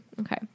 Okay